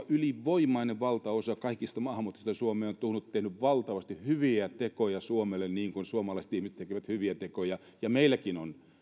ylivoimainen valtaosa kaikista maahanmuuttajista mitä suomeen on tullut on tehnyt valtavasti hyviä tekoja suomelle niin kuin suomalaiset ihmiset tekevät hyviä tekoja vaikka meilläkin on